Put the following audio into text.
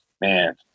man